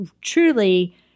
truly